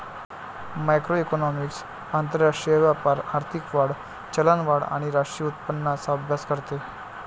macroeconomics आंतरराष्ट्रीय व्यापार, आर्थिक वाढ, चलनवाढ आणि राष्ट्रीय उत्पन्नाचा अभ्यास करते